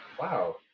Wow